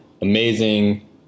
amazing